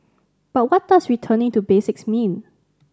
but what does returning to basics mean